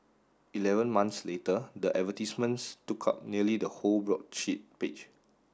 eleven months later the advertisements took up nearly the whole broadsheet page